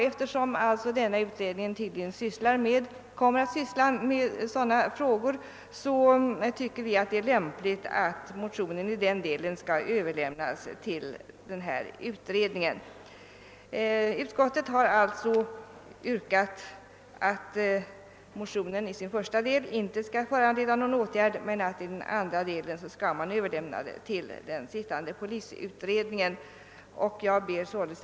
Eftersom denna utredning tydligen kommer att syssla med sådana frågor tycker vi det är lämpligt att överlämna motionen i denna del till utredningen. Utskottet har alltså yrkat att motionen i sin första del inte skall föranleda någon åtgärd men i sin andra del överlämnas till 1967 års polisutredning.